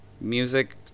music